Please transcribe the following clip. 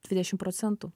dvidešimt procentų